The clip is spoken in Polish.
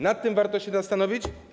Nad tym warto się zastanowić.